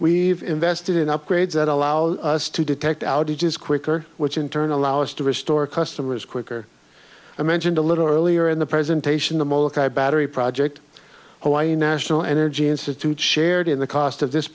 we've invested in upgrades that allows us to detect outages quicker which in turn allow us to restore customers quicker i mentioned a little earlier in the presentation the molokai battery project hawaii national energy institute shared in the cost of this